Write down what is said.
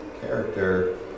character